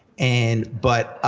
and, but